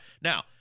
Now